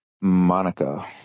monica